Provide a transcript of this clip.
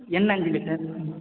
எண்ணெய் அஞ்சு லிட்டர்